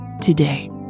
today